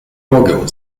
mogę